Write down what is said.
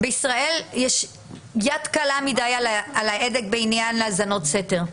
בישראל יש יד קלה מידיי על ההדק בעניין האזנות סתר.